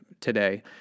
today